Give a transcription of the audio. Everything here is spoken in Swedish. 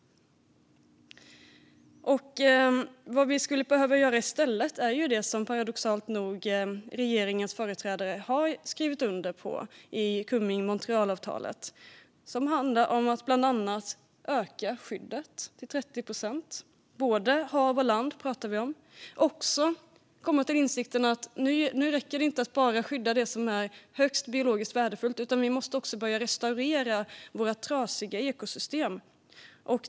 Vad vi skulle behöva göra i stället är det som regeringens företrädare paradoxalt nog har skrivit under på i Kunming-Montrealavtalet, som handlar om att bland annat öka skyddet till 30 procent. Vi talar om både hav och land. Det handlar också om att komma till insikten om att det inte räcker att bara skydda det som är biologiskt mest värdefullt; vi måste också börja restaurera våra trasiga ekosystem.